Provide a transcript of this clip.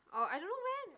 orh I don't know when